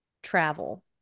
travel